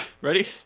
Ready